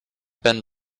been